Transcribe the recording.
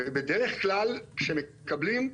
ובדרך כלל כשמקבלים,